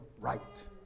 right